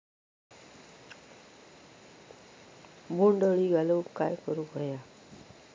बोंड अळी घालवूक काय करू व्हया?